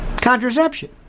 contraception